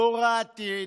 דור העתיד,